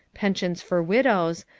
pensions for widows,